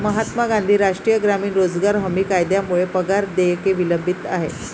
महात्मा गांधी राष्ट्रीय ग्रामीण रोजगार हमी कायद्यामुळे पगार देयके विलंबित आहेत